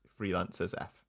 freelancersf